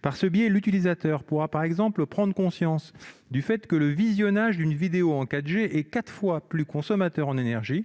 Par ce biais, l'utilisateur pourra par exemple prendre conscience du fait que le visionnage d'une vidéo en 4G est quatre fois plus consommateur en énergie